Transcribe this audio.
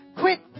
quit